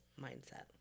mindset